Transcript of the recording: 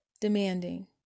demanding